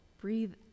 breathe